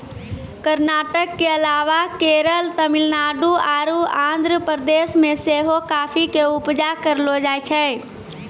कर्नाटक के अलावा केरल, तमिलनाडु आरु आंध्र प्रदेश मे सेहो काफी के उपजा करलो जाय छै